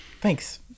Thanks